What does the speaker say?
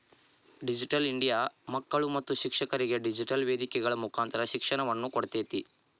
digital India ಮಕ್ಕಳು ಮತ್ತು ಶಿಕ್ಷಕರಿಗೆ ಡಿಜಿಟೆಲ್ ವೇದಿಕೆಗಳ ಮುಕಾಂತರ ಶಿಕ್ಷಣವನ್ನ ಕೊಡ್ತೇತಿ